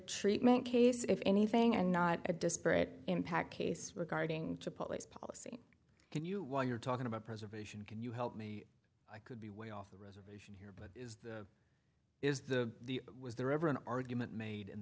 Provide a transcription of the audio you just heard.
treatment case if anything and not a disparate impact case regarding to police policy can you while you're talking about preservation can you help me i could be way off the reservation here but is the was there ever an argument made in the